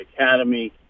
Academy